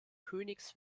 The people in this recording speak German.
königs